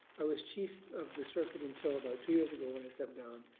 i was chief of the circuit until about two years ago when i stepped down.